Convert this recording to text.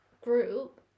group